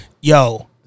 Yo